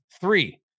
Three